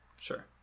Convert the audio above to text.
Sure